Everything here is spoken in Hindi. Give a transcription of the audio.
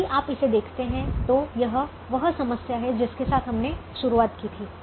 यदि आप इसे देखते हैं तो यह वह समस्या है जिसके साथ हमने शुरुआत की थी